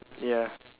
ya